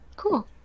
Cool